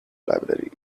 library